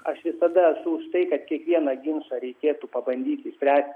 aš visada esu už tai kad kiekvieną ginčą reikėtų pabandyti spręsti